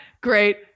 Great